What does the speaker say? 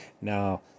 Now